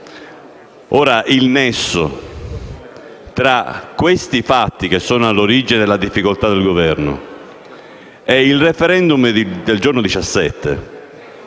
il nesso tra questi fatti, che sono all'origine delle difficoltà del Governo, e il *referendum* del giorno 17,